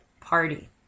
party